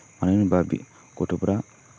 मानो होनबा बि गथ'फ्रा